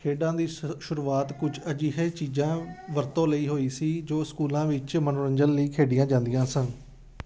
ਖੇਡਾਂ ਦੀ ਸ਼ੁ ਸ਼ੁਰੂਆਤ ਕੁਛ ਅਜਿਹੇ ਚੀਜ਼ਾਂ ਵਰਤੋਂ ਲਈ ਹੋਈ ਸੀ ਜੋ ਸਕੂਲਾਂ ਵਿੱਚ ਮਨੋਰੰਜਨ ਲਈ ਖੇਡੀਆਂ ਜਾਂਦੀਆਂ ਸਨ